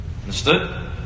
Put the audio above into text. Understood